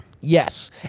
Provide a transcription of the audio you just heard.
Yes